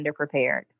underprepared